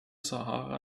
sahara